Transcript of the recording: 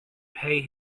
pay